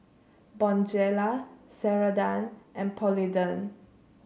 Bonjela Ceradan and Polident